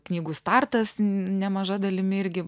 knygų startas nemaža dalimi irgi